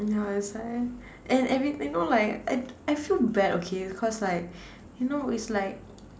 and ya that's why and every you know like I I feel bad okay cause like you know it's like